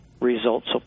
results